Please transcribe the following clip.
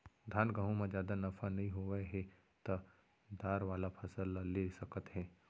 धान, गहूँ म जादा नफा नइ होवत हे त दार वाला फसल ल ले सकत हे